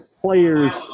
players